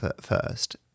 first